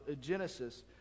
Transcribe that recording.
Genesis